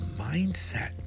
mindset